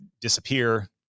disappear